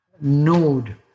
node